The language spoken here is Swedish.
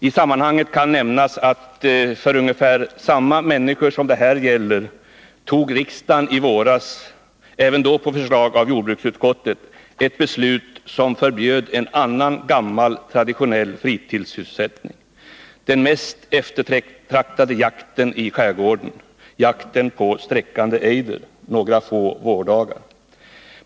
I sammanhanget kan nämnas att för ungefär samma människor som det här gäller fattade riksdagen i våras, även då på förslag av jordbruksutskottet, ett beslut där man förbjöd en annan gammal traditionell fritidssysselsättning, den mest eftertraktade jakten i skärgården — jakten på sträckande ejder några vårdagar.